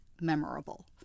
memorable